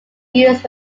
used